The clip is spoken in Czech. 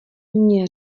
mně